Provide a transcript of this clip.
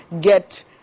get